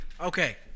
okay